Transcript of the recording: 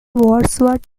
wadsworth